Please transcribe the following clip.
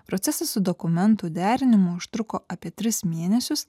procesas su dokumentų derinimo užtruko apie tris mėnesius